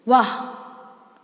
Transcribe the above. वा